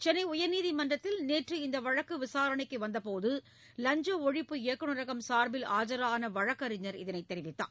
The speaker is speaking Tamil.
சென்னை உயர்நீதிமன்றத்தில் நேற்று இந்த வழக்கு விசாரணைக்கு வந்தபோது லஞ்ச ஒழிப்பு இயக்குனரகம் சார்பில் ஆஜரான வழக்கறிஞர் இதனை தெரிவித்தார்